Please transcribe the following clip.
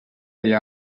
allà